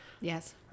Yes